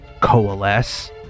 coalesce